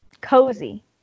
Cozy